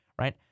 right